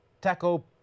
taco